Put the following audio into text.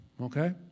okay